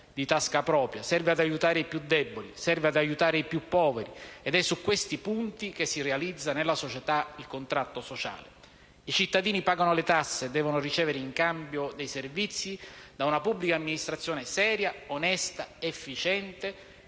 di tasca propria, serve ad aiutare i più deboli, serve ad aiutare i più poveri ed è su questi punti che si realizza nella società il contratto sociale. I cittadini pagano le tasse e devono ricevere in cambio dei servizi da una pubblica amministrazione seria, onesta, efficiente,